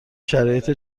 شرایط